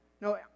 No